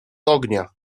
ognia